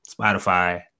Spotify